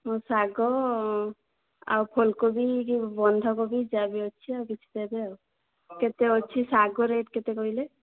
ମୁଁ ଶାଗ ଆଉ ଫୁଲକୋବି ଯେଉଁ ବନ୍ଧାକୋବି ଯାହା ବି ଅଛି ଆଉ କିଛି ଦେବେ ଆଉ କେତେ ଅଛି ଶାଗ ରେଟ୍ କେତେ କହିଲେ